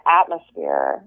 atmosphere